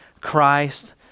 Christ